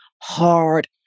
hard